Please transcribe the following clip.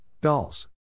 Dolls